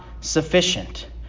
sufficient